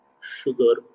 sugar